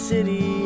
City